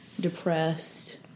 depressed